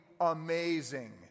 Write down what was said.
amazing